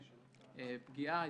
פגיעה.